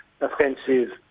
offensive